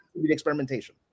experimentation